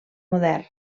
modern